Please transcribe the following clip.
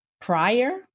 prior